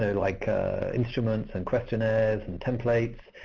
ah like instruments, and questionnaires, and templates.